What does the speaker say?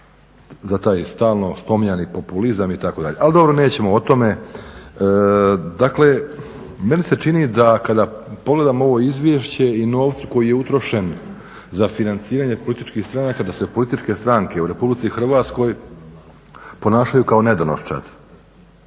za taj stalno spominjani populizam itd. al dobro nećemo o tome. Dakle, meni se čini da kada pogledamo ovo izvješće i novcu koji je utrošen za financiranje političkih stranaka da se političke stranke u RH ponašaju kao nedonoščad